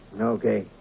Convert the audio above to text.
Okay